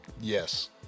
Yes